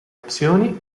opzioni